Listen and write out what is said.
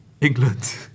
England